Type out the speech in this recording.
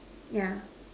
yeah